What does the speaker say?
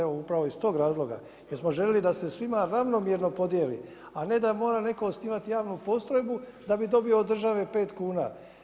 Evo upravo iz tog razloga jer smo želili da se svima ravnomjerno podjeli, a ne da mora netko osnivati javnu postrojbu da bi dobio od države 5 kuna.